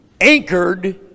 anchored